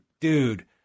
dude